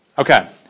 Okay